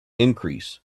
increase